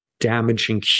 damaging